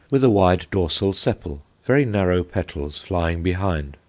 with a wide dorsal sepal, very narrow petals flying behind,